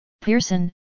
Pearson